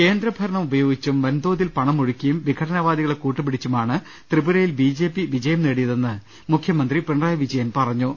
കേന്ദ്രഭരണം ഉപയോഗിച്ചും വൻതോതിൽ പണം ഒഴുക്കിയും വിഘട നവാദികളെ കൂട്ടുപിടിച്ചുമാണ് ത്രിപുരയിൽ ബി ജെ പി വിജയം നേടിയതെന്ന് മുഖ്യമന്ത്രി പിണറായി വിജയൻ പറഞ്ഞു